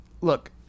Look